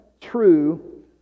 true